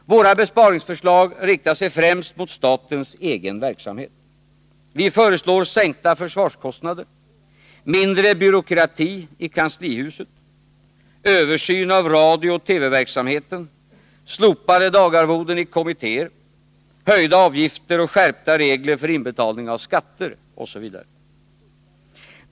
Våra besparingsförslag riktar sig främst mot statens egen verksamhet. Vi föreslår sänkta försvarskostnader, mindre byråkrati i kanslihuset, översyn av radiooch TV-verksamheten, slopade dagarvoden i kommittéer, höjda avgifter och skärpta regler för inbetalning av skatter osv.